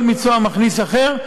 כל מקצוע מכניס אחר.